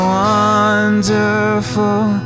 wonderful